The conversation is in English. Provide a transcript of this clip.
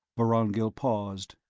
vorongil paused.